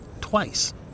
twice